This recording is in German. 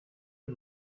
und